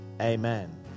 Amen